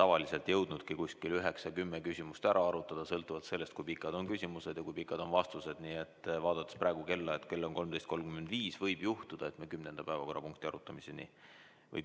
tavaliselt jõudnudki umbes üheksa‑kümme küsimust ära arutada, sõltuvalt sellest, kui pikad on küsimused ja kui pikad on vastused. Nii et vaadates praegu kella, kui kell on 13.35, võib juhtuda, et me kümnenda